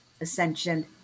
Ascension